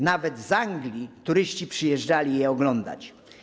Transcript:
Nawet z Anglii turyści przyjeżdżali je oglądać.